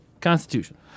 Constitution